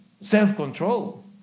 Self-control